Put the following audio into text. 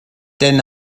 den